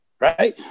right